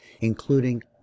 including